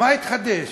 מה התחדש?